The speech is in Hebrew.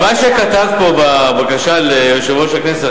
את מה שכתבת פה בבקשה ליושב-ראש הכנסת,